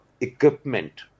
equipment